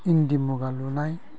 इन्दि मुगा लुनाय